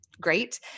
Great